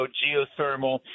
geothermal